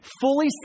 Fully